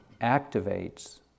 activates